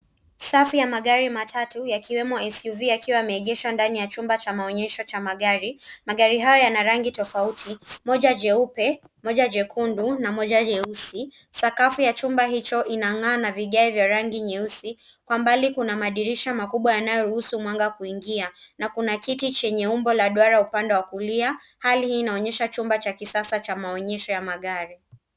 Safu ya magari matatu yakiwemo SUV yakiwa yameegeshwa ndani ya chumba cha maounyesho cha magari. Magari haya yana rangi tofauti, moja jeupe, moja jekundu na moja nyeusi. sakafu ya chumba hicho inang'aa na rangi nyeusi. Kwa mbali kuna madirisha makubwa yanayoruhusu mwanga kuingia na kuna kiti chenye umbo wa duara upande wa kulia. Hali hii inaonyesha chumba cha kisasa cha maonyesho ya gari.